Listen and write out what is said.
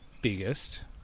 biggest